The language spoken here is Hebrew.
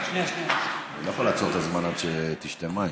ברוך אתה ה' אלוהינו מלך העולם שהכול נהיה בדברו.